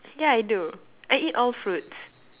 ya I do I eat all fruits